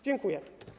Dziękuję.